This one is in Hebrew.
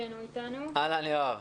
אהלן, יואב.